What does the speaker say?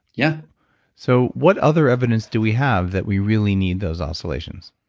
yeah so what other evidence do we have that we really need those oscillations?